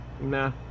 nah